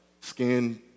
skin